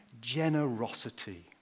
generosity